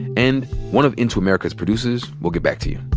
and one of into america's producers will get back to you.